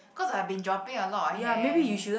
cause I have been dropping a lot of hair